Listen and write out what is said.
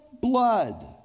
blood